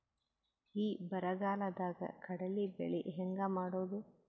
ಈ ಬರಗಾಲದಾಗ ಕಡಲಿ ಬೆಳಿ ಹೆಂಗ ಮಾಡೊದು?